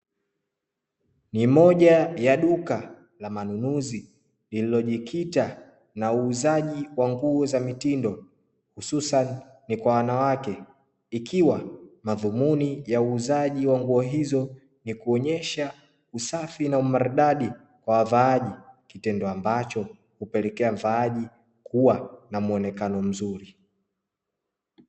Ni moja ya duka la manunuzi lililojikita na nguo za mitindo hususa ni kwa wanawake, ikiwa madhumuni ya uuzaji wanguo hizo ni kuonesha usafi na umaridadi wa wavaaji. Kitendo ambacho hupelekea wavaaji kuwa na mwonekano mzuri.